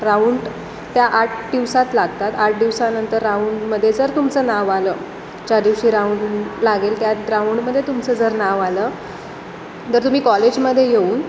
round त्या आठ दिवसात लागतात आठ दिवसानंतर राऊंडमध्ये जर तुमचं नाव आलं ज्या दिवशी राऊंड लागेल त्यात राऊंडमध्ये तुमचं जर नाव आलं जर तुम्ही कॉलेजमध्ये येऊन